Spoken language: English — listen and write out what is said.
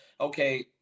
okay